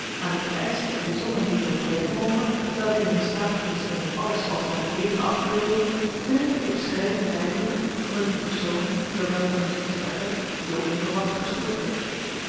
aan de vereischte bijzonderheden ontbreken moge welke hem in staat kunnen stellen alles als naar t leven af te beelden wil ik hier de beschrijving bijvoegen van de drie personen door welke ons tête a tête zoo onverwachts gestoord werd